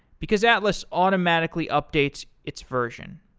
because atlas automatically updates its version.